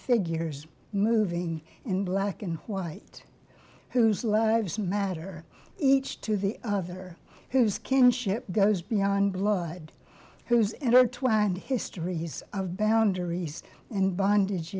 figures moving in black and white whose lives matter each to the other whose kinship goes beyond blood whose ever twined histories of boundaries and bondage